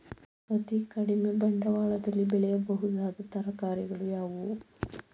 ಅತೀ ಕಡಿಮೆ ಬಂಡವಾಳದಲ್ಲಿ ಬೆಳೆಯಬಹುದಾದ ತರಕಾರಿಗಳು ಯಾವುವು?